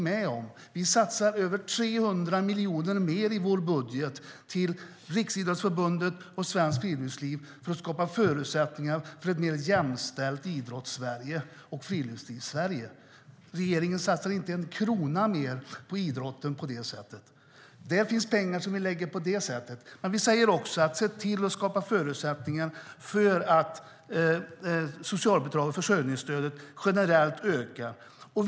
Vi satsar över 300 miljoner mer i vår budget att ge till Riksidrottsförbundet och Svenskt Friluftsliv för att skapa förutsättningar för ett mer jämställt Idrottssverige och Friluftslivssverige. Regeringen satsar inte en krona mer på idrotten på det sättet. Det finns pengar som vi lägger på det sättet, men vi säger också: Se till att skapa förutsättningar för att försörjningsstödet generellt ska öka.